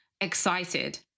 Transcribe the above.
excited